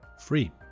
free